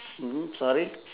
mmhmm sorry